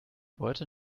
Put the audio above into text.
beute